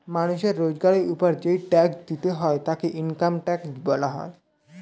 মানুষের রোজগারের উপর যেই ট্যাক্স দিতে হয় তাকে ইনকাম ট্যাক্স বলা হয়